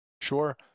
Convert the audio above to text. Sure